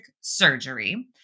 Surgery